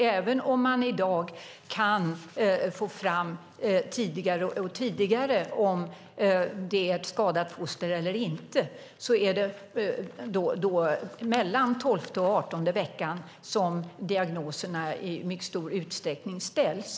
Även om man kan få fram tidigare och tidigare om det är ett skadat foster eller inte är det mellan den tolfte och den artonde veckan som diagnoserna i stor utsträckning ställs.